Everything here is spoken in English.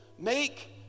Make